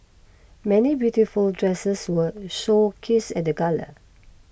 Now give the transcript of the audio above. many beautiful dresses were showcased at the gala